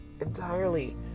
entirely